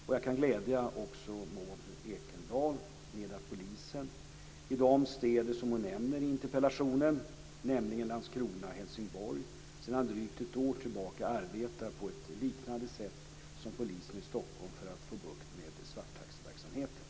Jag kan också glädja Maud Ekendahl med att polisen i de städer som hon nämner i interpellationen, Landskrona och Helsingborg, sedan drygt ett år tillbaka arbetar på ett liknande sätt som polisen i Stockholm för att få bukt med svarttaxiverksamheten.